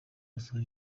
asoje